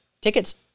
tickets